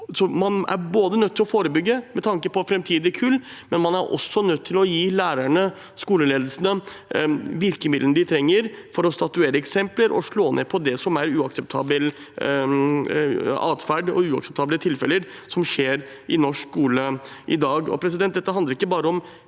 man er nødt til å forebygge med tanke på framtidige kull, men man er også nødt til å gi lærerne og skoleledelsene virkemidlene de trenger for å statuere eksempler og slå ned på det som er uakseptabel atferd og uakseptable tilfeller i norsk skole i dag. Dette handler ikke bare om